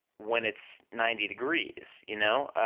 when it's ninety degrees, you know?